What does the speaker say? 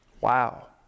Wow